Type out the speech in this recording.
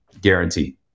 Guaranteed